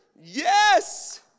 Yes